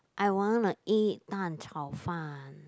I wanna eat 蛋炒饭